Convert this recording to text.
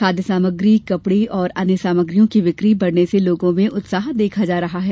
खाद्य सामग्री कपड़े और अन्य सामग्रियों की बिक्री बढ़ने से लोगों में उत्साह देखा जा रहा है